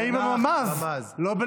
האם הממ"ז לא,